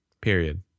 Period